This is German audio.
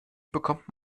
bekommt